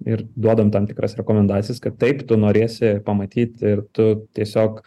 ir duodam tam tikras rekomendacijas kad taip tu norėsi pamatyti ir tu tiesiog